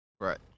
Right